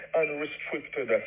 unrestricted